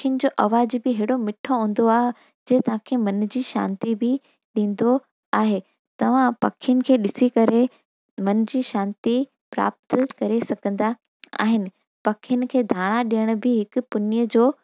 पखियुनि जो आवाजु बि एड़ो मिठो हूंदो आहे जीअं तव्हांखे जी शांती बि ॾींदो आहे तवां पखियुनि खे ॾिसी करे मन जी शांती प्राप्त करे सघंदा आहिनि पखियुनि खे दाणा ॾियण बि हिकु पून्य जो